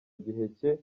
giheke